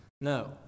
No